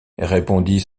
répondit